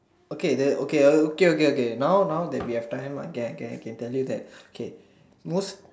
okay the okay okay okay okay now now that we have time I can I can I can tell you that okay most